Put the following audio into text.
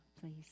please